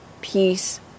peace